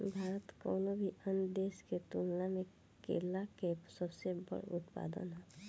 भारत कउनों भी अन्य देश के तुलना में केला के सबसे बड़ उत्पादक ह